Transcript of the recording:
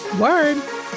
Word